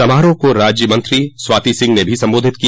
समारोह को राज्यमंत्री स्वाती सिंह ने भी सम्बोधित किया